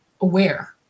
aware